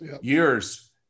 years